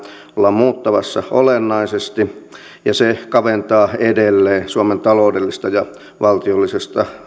ollaan muuttamassa olennaisesti ja se kaventaa edelleen suomen taloudellista ja valtiollista